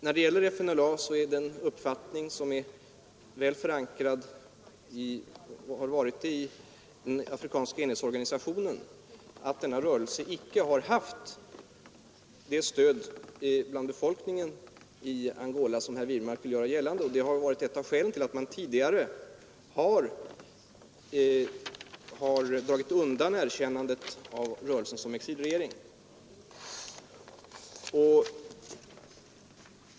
När det gäller FNLA är det en uppfattning som är väl förankrad — och har varit det i den afrikanska enhetsorganisationen — att denna rörelse icke har haft det stöd av befolkningen i Angola som herr Wirmark vill göra gällande. Detta var ett av skälen till att man tidigare har dragit undan erkännandet av rörelsen som exilregering.